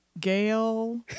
Gail